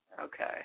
Okay